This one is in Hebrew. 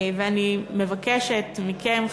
ואני מבקשת מכם,